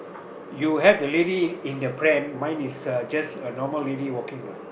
you have the lady in the plame mine is a just a normal lady walking lah